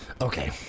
okay